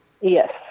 Yes